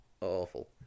awful